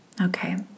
okay